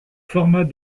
format